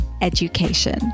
education